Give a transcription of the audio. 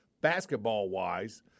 basketball-wise